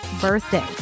birthday